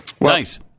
nice